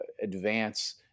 advance